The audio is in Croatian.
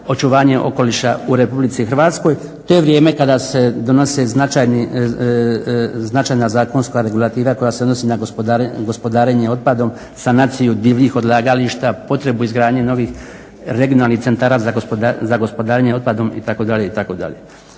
očuvanje okoliša u Republici Hrvatskoj. To je vrijeme kada se donose značajna zakonska regulativa koja se odnosi na gospodarenje otpadom, sanaciju divljih odlagališta, potrebu izgradnje novih regionalnih centara za gospodarenje otpadom itd.,